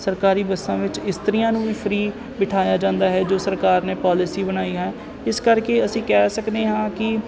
ਸਰਕਾਰੀ ਬੱਸਾਂ ਵਿੱਚ ਇਸਤਰੀਆਂ ਨੂੰ ਵੀ ਫਰੀ ਬਿਠਾਇਆ ਜਾਂਦਾ ਹੈ ਜੋ ਸਰਕਾਰ ਨੇ ਪੋਲਿਸੀ ਬਣਾਈ ਹੈ ਇਸ ਕਰਕੇ ਅਸੀਂ ਕਹਿ ਸਕਦੇ ਹਾਂ ਕਿ